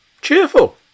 cheerful